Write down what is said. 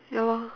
ya lor